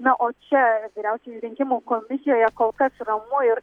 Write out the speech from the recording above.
na o čia vyriausioji rinkimų komisijoje kol kas ramu ir